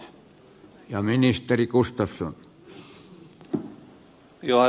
arvoisa puhemies